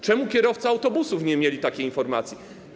Czemu kierowcy autobusów nie mieli takiej informacji?